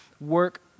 work